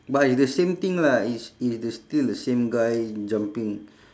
but it's the same thing lah it's it's the still the same guy jumping